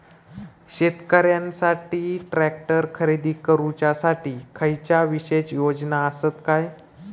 शेतकऱ्यांकसाठी ट्रॅक्टर खरेदी करुच्या साठी खयच्या विशेष योजना असात काय?